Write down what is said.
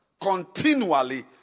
continually